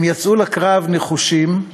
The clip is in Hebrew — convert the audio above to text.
הם יצאו לקרב נחושים,